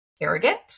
arrogant